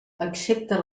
accepta